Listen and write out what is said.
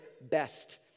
best